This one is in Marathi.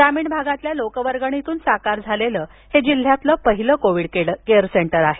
ग्रामीण भागातील लोकवर्गणीतून साकार झालेलं हे जिल्ह्यातील पहिलं कोविड केअर सेंटर आहे